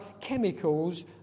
chemicals